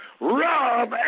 Rob